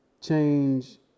change